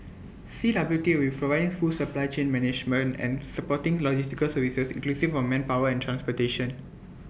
C W T will full supply chain management and supporting logistical services inclusive of manpower and transportation